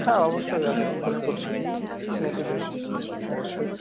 হ্যাঁ অবশ্যই আমি হোল্ড করছি আপনি একটু দেখে অবশ্যই